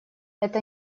это